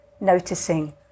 noticing